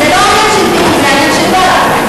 אז לא זה העניין של טילים,